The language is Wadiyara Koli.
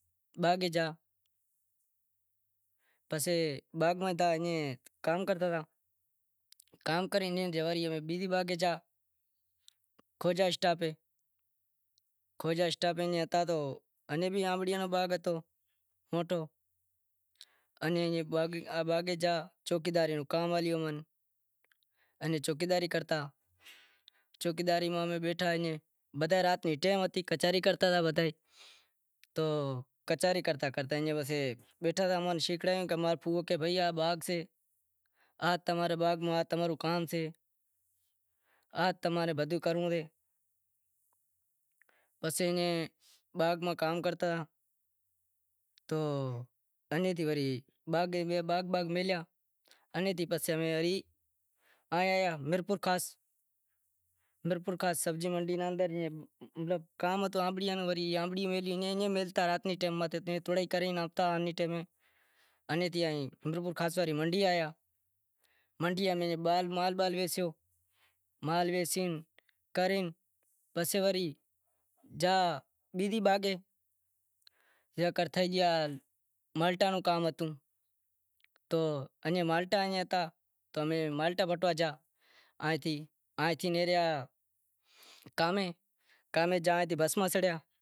باغے جاں پسے بیزے باغے جا خوجا اسٹاپ تے جا انجا بھی اونڑیاں رو باغ سے موٹو، امیں چوکیداری کرتا، بدہا ئے رات نیں ٹیم ہتی بدہا ئے کچہری کرتا تھے ایئں ئی او کچہری کرتا ماں رو پھوئو کہے کہ باغ سے آز تماں نیں دہندہو کرنڑو سے پسے کہے باغ میں کام کرو، پسے انے تھی باغ باغ میلہیا، انے تھی پسے امیں وری آیا میرپورخاص سبزی منڈی کام ہتو انبڑیاں روں تو آنبڑی میلہی ایئں میلہتا رات رے ٹیم تھوڑے کرے ہلتا ایئں کرے منڈی آیا منڈی میں مال ویسے کرے پسے ورے جا بیزے باغے مالٹا روں کام ہتوں تو انیں مالٹا ایئں ہتا پسے امیں مالٹا پٹوا گیا کام میں